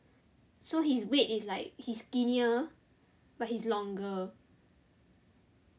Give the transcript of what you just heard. so his weight is like he is skinnier but he is longer